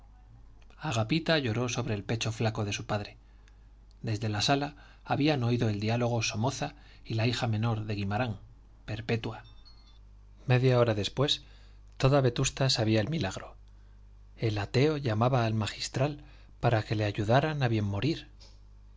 perdone agapita lloró sobre el pecho flaco de su padre desde la sala habían oído el diálogo somoza y la hija menor de guimarán perpetua media hora después toda vetusta sabía el milagro el ateo llamaba al magistral para que le ayudara a bien morir